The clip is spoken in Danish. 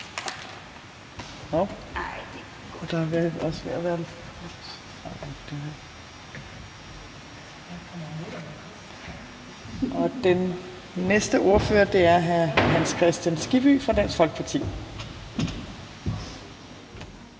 Den næste ordfører er hr. Hans Kristian Skibby fra Dansk Folkeparti.